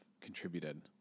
contributed